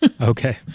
Okay